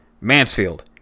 Mansfield